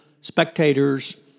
spectators